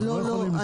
לא לא,